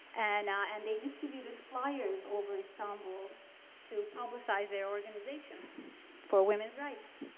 and ah and they distributed fliers over istanbul to publicize their organization for women's rights.